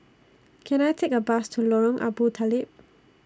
Can I Take A Bus to Lorong Abu Talib